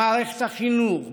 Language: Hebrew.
במערכת החינוך,